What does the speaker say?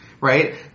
right